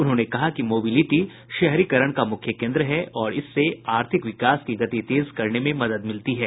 उन्होंने कहा कि मोबिलिटी शहरीकरण का मुख्य केन्द्र है और इससे आर्थिक विकास की गति तेज करने में मदद मिलती है